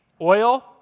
Oil